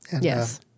Yes